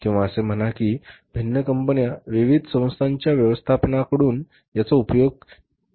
किंवा असे म्हणा की भिन्न कंपन्या विविध संस्थांच्या व्यवस्थापनाकडून याचा उपयोग निर्णय घेण्यासाठी होतो